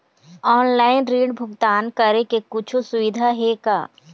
Online ऋण भुगतान करे के कुछू सुविधा हे का?